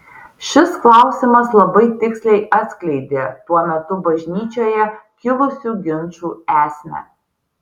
šis klausimas labai tiksliai atskleidė tuo metu bažnyčioje kilusių ginčų esmę